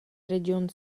regiun